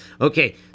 Okay